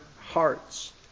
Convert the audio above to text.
hearts